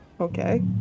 Okay